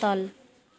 तल